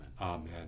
Amen